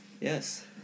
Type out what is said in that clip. Yes